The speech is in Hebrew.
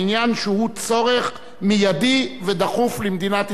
בעניין שהוא צורך מיידי ודחוף למדינת ישראל,